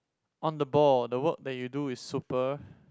on the ball the work that you do is super